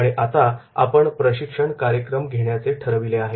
आणि आता आपण प्रशिक्षण कार्यक्रम घेण्याचे ठरविले आहे